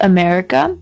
America